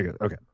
Okay